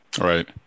Right